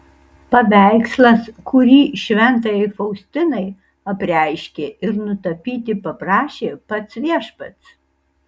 paveikslas kurį šventajai faustinai apreiškė ir nutapyti paprašė pats viešpats